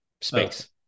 space